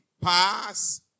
pass